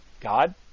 God